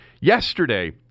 Yesterday